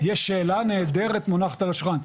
יש שאלה נהדרת מונחת על השולחן,